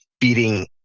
feeding